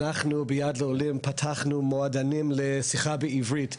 אנחנו פתחנו מועדונים לשיחה בעברית,